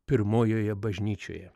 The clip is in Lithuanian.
pirmojoje bažnyčioje